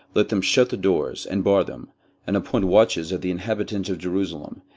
let them shut the doors, and bar them and appoint watches of the inhabitants of jerusalem,